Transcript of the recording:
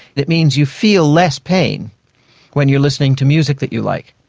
that means you feel less pain when you are listening to music that you like.